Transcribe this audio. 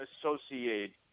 associate